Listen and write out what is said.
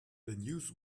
news